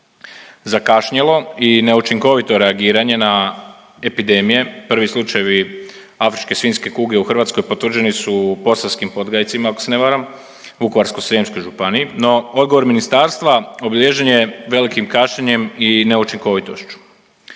Zakašnjelo i neučinkovito reagiranje na epidemije, prvi slučajevi afričke svinjske kuge u Hrvatskoj potvrđeni su u Posavskim Podgajcima ako se ne varam, Vukovarsko-srijemskoj županiji, no odgovor ministarstva obilježen je velikim kašnjenjem i neučinkovitošću.